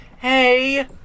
hey